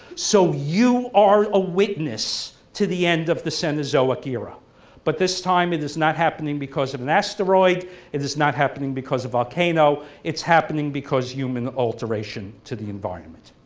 so you are a witness to the end of the cenozoic era but this time it is not happening because of an asteroid it is not happening because of volcano it's happening because human alteration to the environment.